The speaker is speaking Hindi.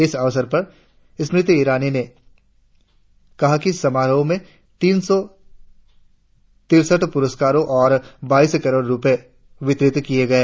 इस अवसर पर स्मृति ईरानी ने कहा कि समारोह में तीन सौ तिरसठ पुरस्कार और बाइस करोड़ रुपये वितरित किए गए